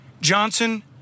Johnson